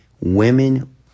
Women